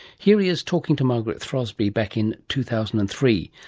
here he is talking to margaret throsby back in two thousand and three,